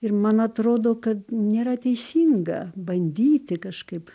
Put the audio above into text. ir man atrodo kad nėra teisinga bandyti kažkaip